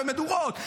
ומדורות,